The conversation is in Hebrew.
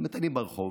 אתם מטיילים ברחוב,